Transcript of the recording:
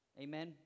Amen